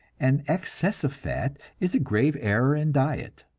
and excess of fat is a grave error in diet.